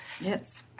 Yes